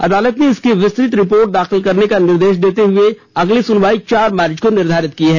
अदालत ने इसकी विस्तृत रिपोर्ट दाखिल करने का निर्देश देते हुए अगली सुनवाई चार मार्च को निर्धारित की है